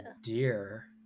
dear